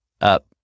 up